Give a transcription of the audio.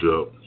up